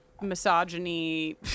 misogyny